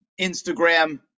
Instagram